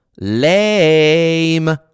lame